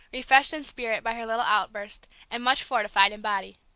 refreshed in spirit by her little outburst, and much fortified in body.